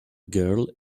girl